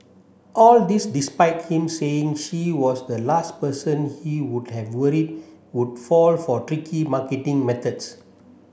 all this despite him saying she was the last person he would have worried would fall for tricky marketing methods